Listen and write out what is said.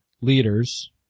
leaders